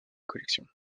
collections